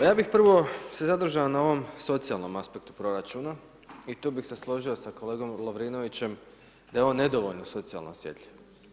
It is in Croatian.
Ja bih prvo, se zadržao na ovom socijalnom aspektu proračuna i tu bih se složio sa kolegom Lovrinovićem da je on nedovoljno socijalno osjetljiv.